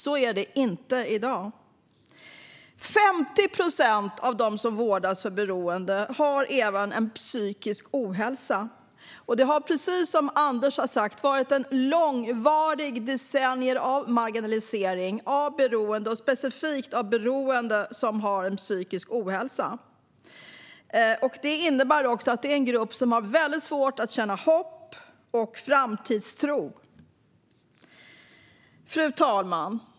Så är det inte i dag. 50 procent av dem som vårdas för beroende har även psykisk ohälsa. Precis som Anders sa har det varit decennier av marginalisering av människor med beroende, och specifikt av människor med beroende och psykisk ohälsa. Det innebär att detta är en grupp som har väldigt svårt att känna hopp och framtidstro. Fru talman!